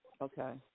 Okay